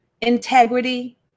integrity